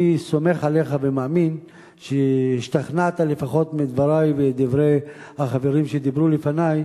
אני סומך עליך ומאמין שהשתכנעת לפחות מדברי ודברי החברים שדיברו לפני,